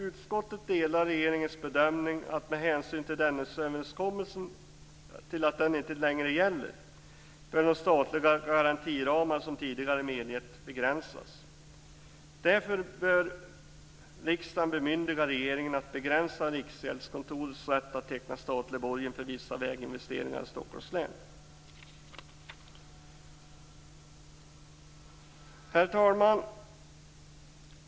Utskottet delar regeringens bedömning att med hänvisning till att Dennisöverenskommelsen inte längre gäller bör de statliga garantiramar som tidigare medgetts begränsas. Därför bör riksdagen bemyndiga regeringen att begränsa Riksgäldskontorets rätt att teckna statlig borgen för vissa väginvesteringar i Stockholms län. Herr talman!